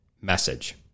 message